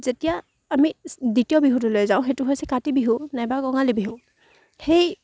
যেতিয়া আমি দ্বিতীয় বিহুটোলৈ যাওঁ সেইটো হৈছে কাতি বিহু নাইবা কঙালী বিহু সেই